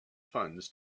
funds